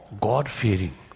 God-fearing